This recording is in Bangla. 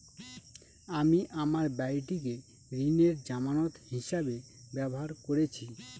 আমি আমার বাড়িটিকে ঋণের জামানত হিসাবে ব্যবহার করেছি